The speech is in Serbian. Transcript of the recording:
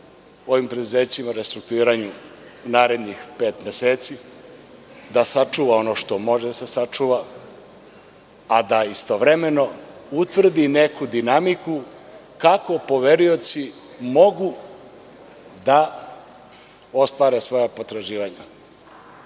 ovim preduzećima u restrukturiranju narednih pet meseci sa sačuva ono što može da se sačuva, a da istovremeno utvrdi neku dinamiku kako poverioci mogu da ostvare svoja potraživanja,